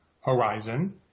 horizon